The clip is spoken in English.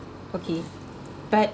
okay but